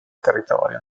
territorio